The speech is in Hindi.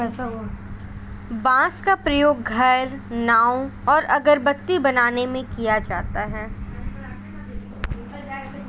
बांस का प्रयोग घर, नाव और अगरबत्ती बनाने में किया जाता है